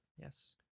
Yes